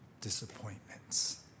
disappointments